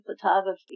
photography